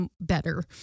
better